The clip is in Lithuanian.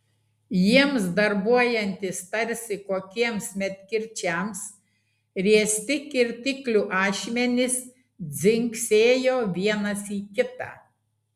jiems darbuojantis tarsi kokiems medkirčiams riesti kirtiklių ašmenys dzingsėjo vienas į kitą